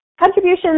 Contributions